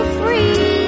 free